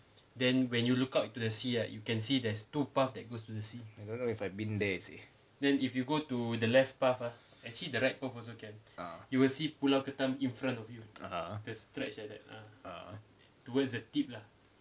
I don't know if I've been there you see ah (uh huh) ah